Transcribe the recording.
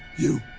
you!